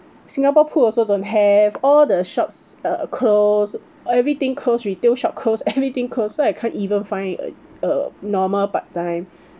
singapore pool also don't have all the shops uh close everything close retail shop close everything close so I can't even find a uh normal part time